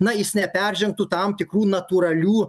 na jis neperžengtų tam tikrų natūralių